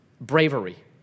bravery